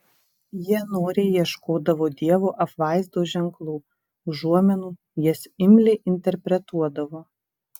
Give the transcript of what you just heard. jie noriai ieškodavo dievo apvaizdos ženklų užuominų jas imliai interpretuodavo